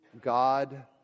God